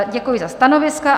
Děkuji za stanoviska.